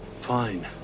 Fine